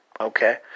Okay